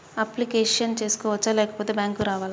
Application చేసుకోవచ్చా లేకపోతే bank రావాలా?